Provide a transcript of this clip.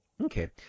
okay